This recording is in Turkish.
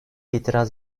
itiraz